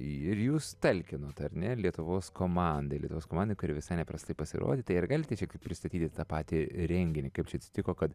ir jūs talkinot ar ne lietuvos komandai lietuvos komandai kuri visai neprastai pasirodė tai ar galite čia pristatyti tą patį renginį kaip čia atsitiko kad